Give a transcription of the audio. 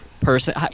person